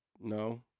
No